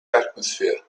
atmosphere